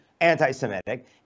anti-Semitic